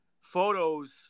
photos